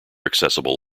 accessible